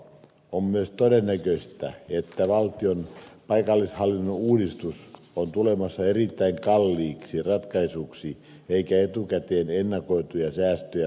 on myös todennäköistä että valtion paikallishallinnon uudistus on tulossa erittäin kalliiksi ratkaisuksi eikä etukäteen ennakoituja säästöjä saadakaan